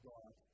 God